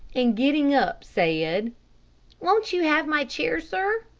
and getting up, said, won't you have my chair, sir?